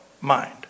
mind